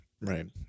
right